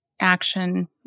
action